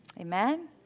Amen